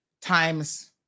times